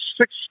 Six